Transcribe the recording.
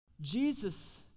Jesus